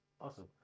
awesome